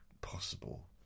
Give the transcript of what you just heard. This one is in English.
possible